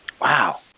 wow